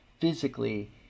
physically